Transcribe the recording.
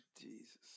Jesus